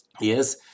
Yes